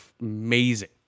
amazing